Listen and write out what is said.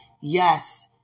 yes